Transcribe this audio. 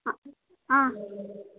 ಆಂ ಆಂ